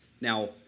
Now